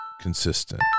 consistent